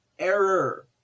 error